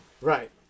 right